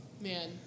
Man